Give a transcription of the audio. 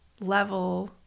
level